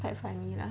quite funny lah